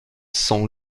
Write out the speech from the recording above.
sont